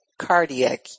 cardiac